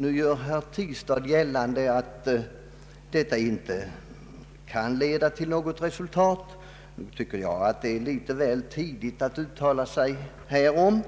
Nu gör herr Tistad gällande att detta samarbete inte kan leda till något resultat. Nog tycker jag att det är litet väl tidigt att uttala sig härom.